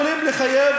יכולים לחייב,